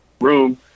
room